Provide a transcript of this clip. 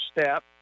step